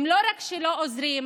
לא רק שהם לא עוזרים,